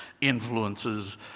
influences